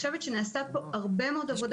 נעשתה פה הרבה מאוד עבודה,